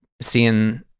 seeing